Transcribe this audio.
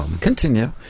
Continue